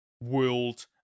world